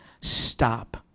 stop